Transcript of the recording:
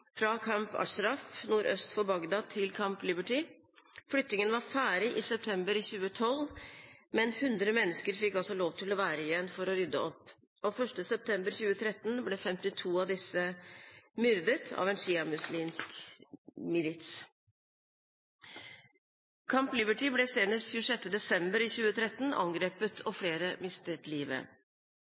fra Camp Ashraf nordøst for Bagdad til Camp Liberty. Flyttingen var ferdig i september 2012, men 100 mennesker fikk altså lov til å være igjen for å rydde opp. Den 1. september 2013 ble 52 av disse myrdet av en sjiamuslimsk milits. Camp Liberty ble senest 26. desember 2013 angrepet, og flere mistet livet.